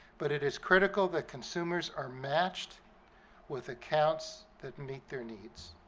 but it is critical that consumers are matched with accounts that meet their needs.